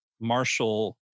Marshall